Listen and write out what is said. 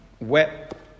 wet